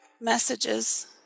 messages